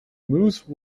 moose